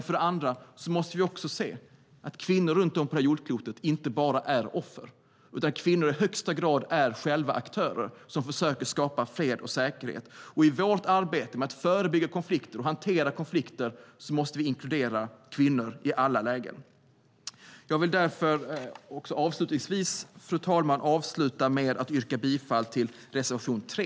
För det andra måste vi se att kvinnor runt om på detta jordklot inte bara är offer utan att kvinnor i högsta grad själva är aktörer som försöker skapa fred och säkerhet. I vårt arbete med att förebygga konflikter och hantera konflikter måste vi inkludera kvinnor i alla lägen. Fru talman! Avslutningsvis yrkar jag bifall till reservation 3.